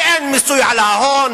כי אין מיסוי על ההון,